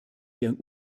deren